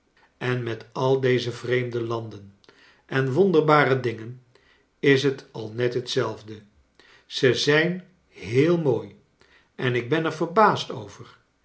en met al deze vreemde landen en wonderbare dingen is t al net hetzelfde ze zijn heel mooi en ik ben er verbaasd over